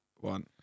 one